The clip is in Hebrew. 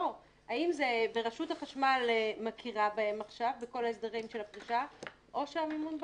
האם רשות החשמל מכירה בכל הסדרי הפרישה או שהמימון בא ---?